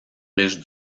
riches